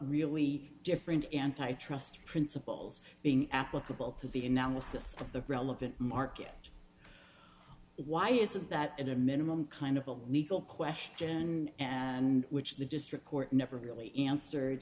we different antitrust principles being applicable to the analysis of the relevant market why isn't that a minimum kind of a legal question and which the district court never really answered